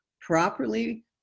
properly